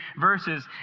verses